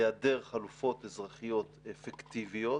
בהיעדר חלופות אזרחיות אפקטיביות,